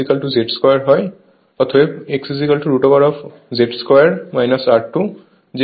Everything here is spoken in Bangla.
অতএব X √Z 2 R2 যে এখানে এটি ব্যবহার করা হয়